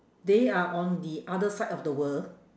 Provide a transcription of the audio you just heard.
they are on the other side of the world